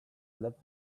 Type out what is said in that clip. led